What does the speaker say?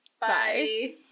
Bye